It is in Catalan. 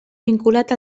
vinculat